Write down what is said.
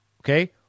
okay